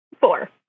four